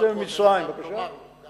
בצאתי ממצרים, לומר לו, בבקשה.